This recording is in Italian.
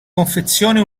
confezione